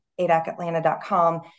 ADACAtlanta.com